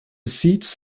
seats